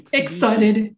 excited